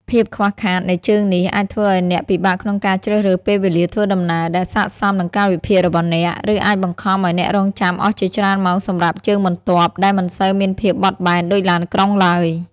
ភាពខ្វះខាតនៃជើងនេះ អាចធ្វើឱ្យអ្នកពិបាកក្នុងការជ្រើសរើសពេលវេលាធ្វើដំណើរ ដែលស័ក្តិសមនឹងកាលវិភាគរបស់អ្នក ឬអាចបង្ខំឱ្យអ្នករង់ចាំអស់ជាច្រើនម៉ោងសម្រាប់ជើងបន្ទាប់ ដែលមិនសូវមានភាពបត់បែនដូចឡានក្រុងឡើយ។